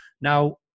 Now